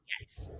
yes